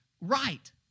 right